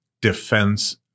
defense